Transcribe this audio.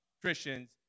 Christians